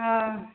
हँ